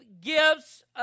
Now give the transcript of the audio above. gifts